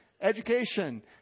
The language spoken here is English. education